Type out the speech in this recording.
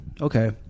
okay